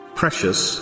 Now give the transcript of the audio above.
precious